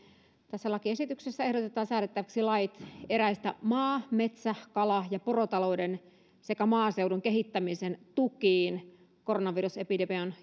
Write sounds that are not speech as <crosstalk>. tässä lakiesityksessä ehdotetaan säädettäväksi lait eräistä maa metsä kala ja porotalouden sekä maaseudun kehittämisen tukiin koronavirusepidemian <unintelligible>